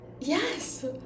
Yes